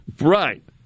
Right